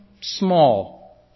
small